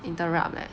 interrupt leh